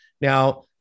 Now